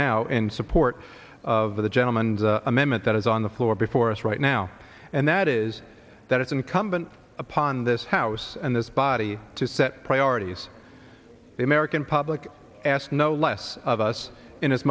now in support of the gentleman and amendment that is on the floor before us right now and that is that it's incumbent upon this house and this body to set priorities the american public ask no less of us in as